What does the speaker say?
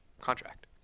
contract